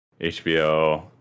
HBO